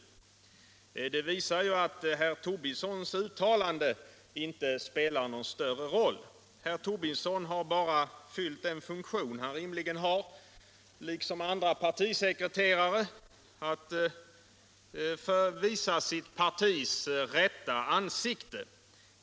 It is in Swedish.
barnomsorgen Det visar ju att herr Tobissons uttalande inte spelar någon större roll. Herr Tobisson har bara fyllt den funktion han rimligen har, liksom andra partisekreterare, att visa sitt partis rätta ansikte.